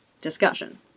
discussion